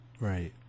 Right